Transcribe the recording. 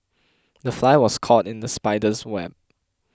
the fly was caught in the spider's web